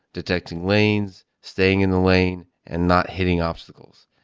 detecting lanes, staying in the lane and not hitting obstacles.